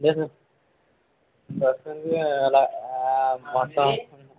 అదే సార్ ప్రస్తుతానికి అలా మొత్తం అనుకున్నాం